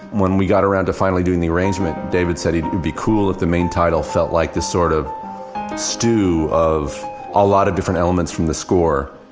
when we got around to finally doing the arrangement, david said it would be cool if the main title felt like this sort of stew of a lot of different elements from the score